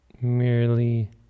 merely